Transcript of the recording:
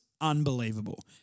unbelievable